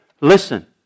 Listen